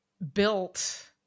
built